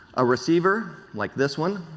a receiver like this one,